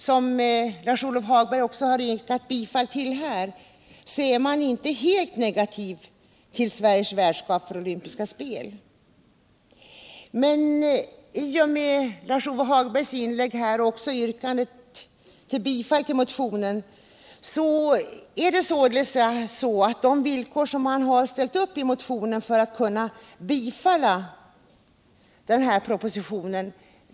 som Lars-Ove Hagberg yrkade bifall till, är man inte helt negativ till Sveriges värdskap för olympiska spel. Man ställer dock vissa villkor för alt kunna bifalla propositionen.